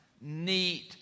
neat